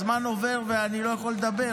הזמן עובר, ואני לא יכול לדבר.